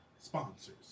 sponsors